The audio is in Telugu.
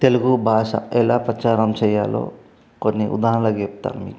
తెలుగు భాష ఎలా ప్రచారం చెయ్యాలో కొన్ని ఉదాహరణలకు చెప్తాను మీకు